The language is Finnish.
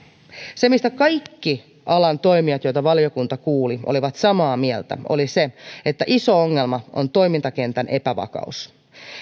se mistä kaikki alan toimijat joita valiokunta kuuli olivat samaa mieltä oli se että iso ongelma on toimintakentän epävakaus